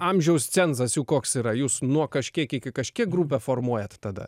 amžiaus cenzas jų koks yra jūs nuo kažkiek iki kažkiek grupę formuojat tada